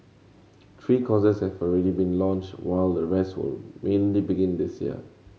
three courses have already been launched while the rest will mainly begin this year